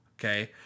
okay